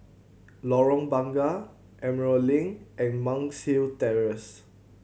Lorong Bunga Emerald Link and Monk's Hill Terrace